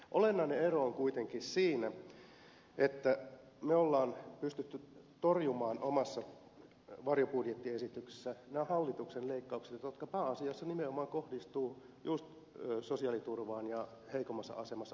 olennainen ero on kuitenkin siinä että me olemme pystyneet torjumaan omassa varjobudjettiesityksessämme nämä hallituksen leikkaukset jotka pääasiassa kohdistuvat nimenomaan just sosiaaliturvaan ja heikommassa asemassa oleviin ihmisiin